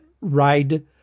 ride